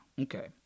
okay